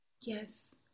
Yes